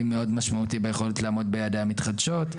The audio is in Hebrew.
מאוד משמעותי ביכולת לעמוד ביעדי ההתחדשות.